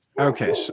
Okay